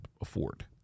afford